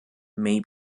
may